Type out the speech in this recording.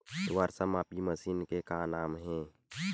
वर्षा मापी मशीन के का नाम हे?